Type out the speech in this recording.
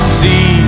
see